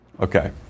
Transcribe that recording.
Okay